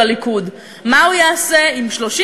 של הליכוד.